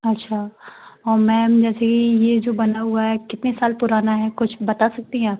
अच्छा और मैम जैसे ये जो बना हुआ है कितने साल पुराना है कुछ बता सकती हैं आप